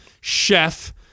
chef